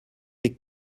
les